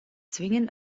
zwingend